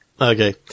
Okay